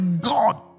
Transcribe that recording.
God